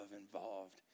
involved